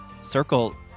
circle